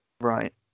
Right